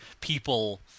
people